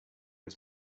his